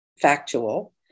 factual